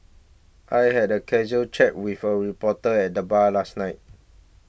I had a casual chat with a reporter at the bar last night